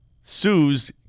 sues